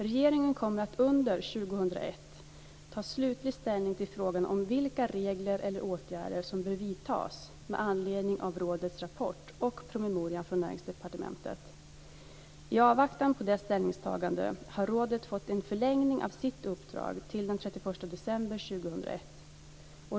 Regeringen kommer att under 2001 ta slutlig ställning till frågan om vilka regler eller åtgärder som bör vidtas med anledning av rådets rapport och promemorian från Näringsdepartementet. I avvaktan på detta ställningstagande har rådet fått en förlängning av sitt uppdrag till den 31 december 2001.